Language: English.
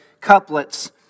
couplets